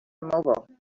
immobile